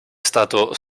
stato